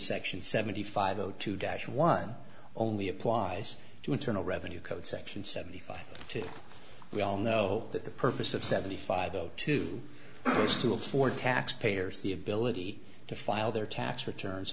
section seventy five zero two dash one only applies to internal revenue code section seventy five two we all know that the purpose of seventy five o two is to afford tax payers the ability to file their tax returns